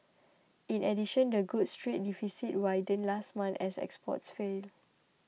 in addition the goods trade deficit widened last month as exports fell